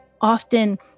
Often